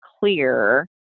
clear